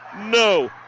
no